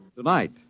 Tonight